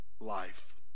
life